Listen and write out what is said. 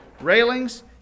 railings